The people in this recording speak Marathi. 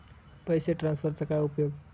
पैसे ट्रान्सफरचा काय उपयोग?